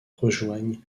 rejoignent